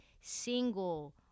single